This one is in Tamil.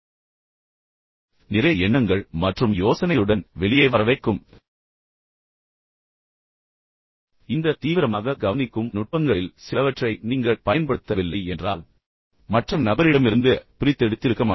இப்போது இந்த விஷயங்கள் மற்ற பேச்சாளரை உங்களுடன் வெளிப்படையாக பேச வைக்கும் நிறைய எண்ணங்கள் மற்றும் யோசனைகளுடன் வெளியே வர வைக்கும் இந்த தீவிரமாக கவனிக்கும் நுட்பங்களில் சிலவற்றை நீங்கள் பயன்படுத்தவில்லை என்றால் நீங்கள் உண்மையில் மற்ற நபரிடமிருந்து பிரித்தெடுத்திருக்க மாட்டீர்கள்